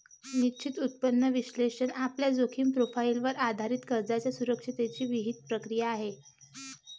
निश्चित उत्पन्न विश्लेषण आपल्या जोखीम प्रोफाइलवर आधारित कर्जाच्या सुरक्षिततेची विहित प्रक्रिया आहे